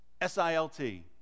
S-I-L-T